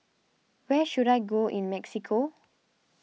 where should I go in Mexico